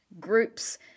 groups